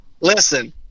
Listen